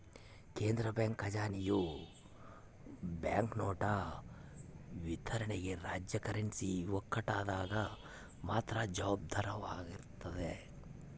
ಕೇಂದ್ರ ಬ್ಯಾಂಕ್ ಖಜಾನೆಯು ಬ್ಯಾಂಕ್ನೋಟು ವಿತರಣೆಗೆ ರಾಜ್ಯ ಕರೆನ್ಸಿ ಒಕ್ಕೂಟದಾಗ ಮಾತ್ರ ಜವಾಬ್ದಾರವಾಗಿರ್ತದ